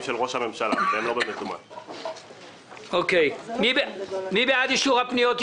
של ראש הממשלה שהם לא --- מי בעד אישור הפניות?